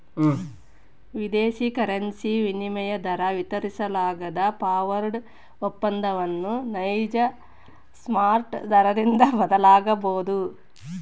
ವಿದೇಶಿ ಕರೆನ್ಸಿ ವಿನಿಮಯ ದರ ವಿತರಿಸಲಾಗದ ಫಾರ್ವರ್ಡ್ ಒಪ್ಪಂದವನ್ನು ನೈಜ ಸ್ಪಾಟ್ ದರದಿಂದ ಬದಲಾಗಬೊದು